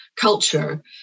culture